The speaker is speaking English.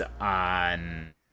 on